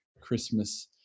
Christmas